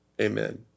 Amen